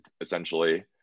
essentially